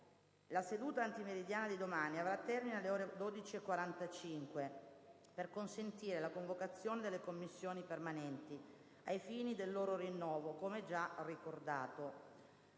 La seduta antimeridiana di domani avrà termine alle ore 12,45, per consentire la convocazione delle Commissioni permanenti, ai fini del loro rinnovo, come già ricordato.